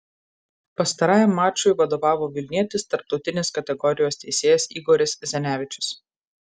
pastarajam mačui vadovavo vilnietis tarptautinės kategorijos teisėjas igoris zenevičius